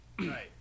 Right